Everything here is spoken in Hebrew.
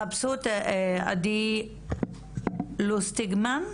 חפשו את עדי לוסטיגמן,